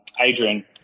Adrian